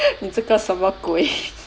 你这个什么鬼